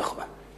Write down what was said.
נכון.